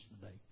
today